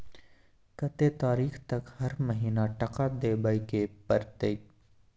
कत्ते तारीख तक हर महीना टका देबै के परतै?